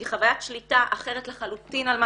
היא בחוויית שליטה אחרת לחלוטין על מה